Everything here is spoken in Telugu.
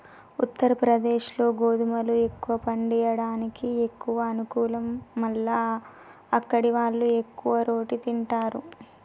ఉత్తరప్రదేశ్లో గోధుమలు ఎక్కువ పండియడానికి ఎక్కువ అనుకూలం మల్ల అక్కడివాళ్లు ఎక్కువ రోటి తింటారు